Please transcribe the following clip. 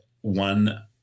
one